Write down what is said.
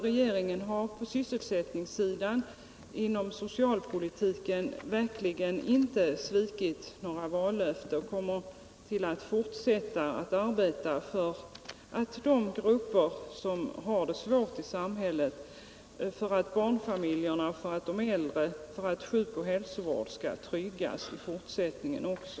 Regeringen har på sysselsättningssidan och inom socialpolitiken verkligen inte svikit några vallöften, och den kommer att fortsätta att arbeta för de grupper som har det svårt i samhället, barnfamiljerna, de äldre, och för att sjukoch hälsovård skall tryggas i fortsättningen också.